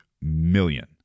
million